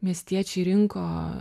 miestiečiai rinko